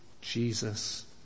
Jesus